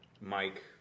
Mike